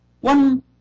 One